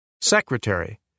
Secretary